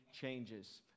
changes